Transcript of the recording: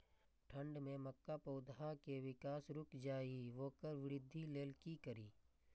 ठंढ में मक्का पौधा के विकास रूक जाय इ वोकर वृद्धि लेल कि करी?